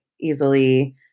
easily